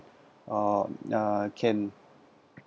uh uh can